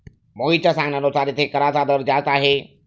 मोहितच्या सांगण्यानुसार येथे कराचा दर जास्त आहे